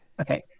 Okay